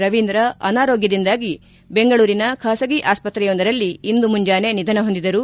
ರವೀಂದ್ರ ಅನಾರೋಗ್ಡದಿಂದಾಗಿ ಬೆಂಗಳೂರಿನ ಖಾಸಗಿ ಆಸ್ಪತ್ರೆಯೊಂದರಲ್ಲಿ ಇಂದು ಮುಂಜಾನೆ ನಿಧನ ಹೊಂದಿದರು